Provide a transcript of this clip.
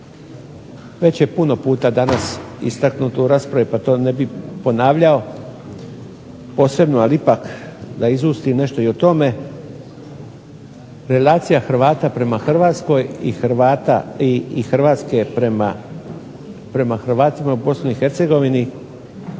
Već je puno puta istaknuto danas u raspravi pa to ne bih ponavljao posebno ali ipak da izustim nešto o tome, relacija Hrvata prema Hrvatskoj i Hrvatske prema Hrvatima u BiH u vrijeme